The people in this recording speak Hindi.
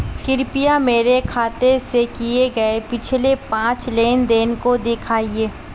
कृपया मेरे खाते से किए गये पिछले पांच लेन देन को दिखाएं